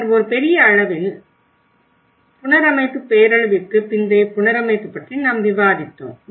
பின்னர் ஒரு பெரிய அளவில் புனரமைப்பு பேரழிவுக்கு பிந்தைய புனரமைப்பு பற்றி நாம் விவாதித்தோம்